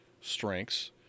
strengths